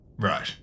Right